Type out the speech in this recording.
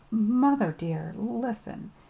mother, dear, listen.